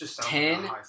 ten